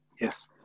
Yes